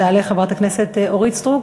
תעלה חברת הכנסת אורית סטרוק.